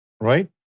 right